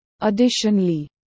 additionally